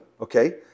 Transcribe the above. okay